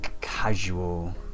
casual